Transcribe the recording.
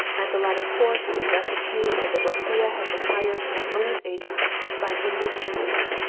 at the latter port it was ascertained that the dorothea had been hired from the owner's agent by an english gentleman,